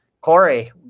Corey